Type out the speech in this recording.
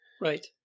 Right